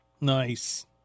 Nice